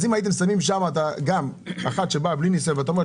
אז אם הייתם שמים שם גם אחת שבאה בלי ניסיון ואתה אומר,